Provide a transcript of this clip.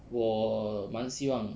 我蛮希望